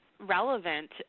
relevant